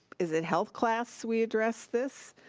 is it health class we address this?